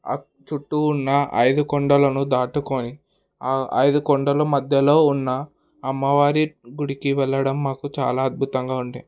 చుట్టూ ఉన్న ఐదు కొండలను దాటుకొని ఆ ఐదు కొండలు మధ్యలో ఉన్న అమ్మవారి గుడికి వెళ్ళడం మాకు చాలా అద్భుతంగా ఉండే